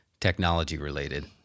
technology-related